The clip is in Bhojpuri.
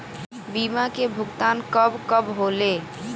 बीमा के भुगतान कब कब होले?